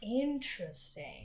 Interesting